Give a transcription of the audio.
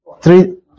Three